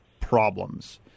problems